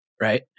right